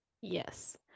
Yes